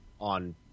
on